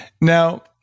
Now